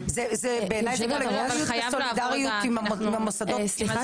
זה בעיניי גם אחריות וסולידריות בין המוסדות --- סליחה